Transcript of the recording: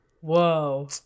Whoa